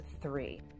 three